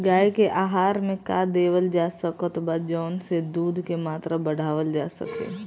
गाय के आहार मे का देवल जा सकत बा जवन से दूध के मात्रा बढ़ावल जा सके?